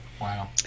Wow